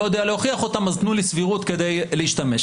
לא יודע להוכיח אותם אז תנו לי סבירות כדי להשתמש.